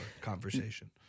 conversation